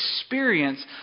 experience